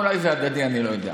אולי זה הדדי, אני לא יודע.